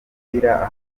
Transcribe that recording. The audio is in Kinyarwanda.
umupira